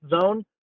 zone